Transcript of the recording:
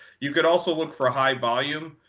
you could also look for high volume